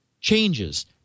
changes